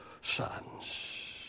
sons